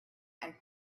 and